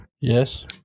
yes